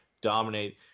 dominate